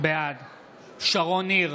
בעד שרון ניר,